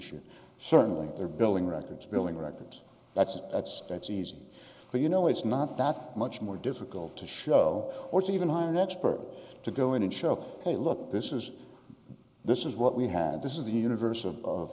should certainly they're billing records billing records that's that's that's easy but you know it's not that much more difficult to show or to even hire an expert to go in and show hey look this is this is what we have this is the univers